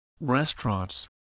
restaurants